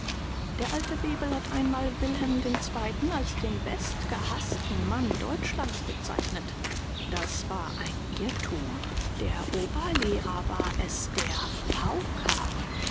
der alte bebel hat einmal wilhelm ii als den bestgehaßten mann deutschlands bezeichnet das war ein irrtum der oberlehrer war es der pauker